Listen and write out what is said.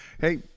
Hey